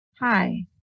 hi